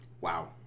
Wow